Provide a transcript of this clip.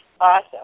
awesome